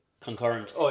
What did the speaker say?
Concurrent